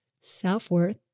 Self-worth